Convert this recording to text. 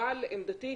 אבל עמדתי,